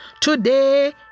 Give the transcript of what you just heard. Today